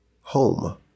home